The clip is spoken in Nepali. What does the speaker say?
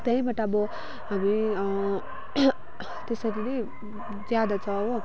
त्यहीँबाट अब हामी त्यसरी नै ज्यादा छ हो